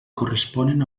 corresponen